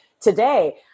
today